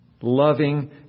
loving